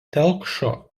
telkšo